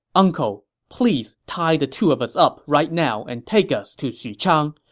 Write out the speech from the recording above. uncle, please tie the two of us up right now and take us to xuchang.